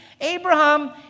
Abraham